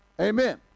amen